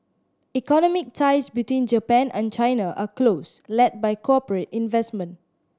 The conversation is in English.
economic ties between Japan and China are close led by corporate investment